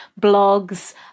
blogs